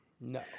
No